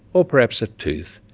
or perhaps a tooth,